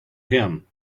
him